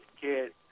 kid